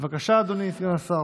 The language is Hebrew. בבקשה, אדוני סגן השר.